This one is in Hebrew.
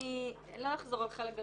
הייתי יועצת שר,